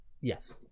Yes